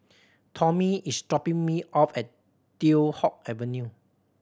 Tommie is dropping me off at Teow Hock Avenue